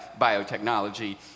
biotechnology